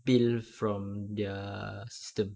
bill from their system